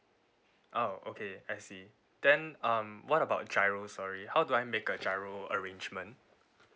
oh okay I see then um what about GIRO sorry how do I make a GIRO arrangement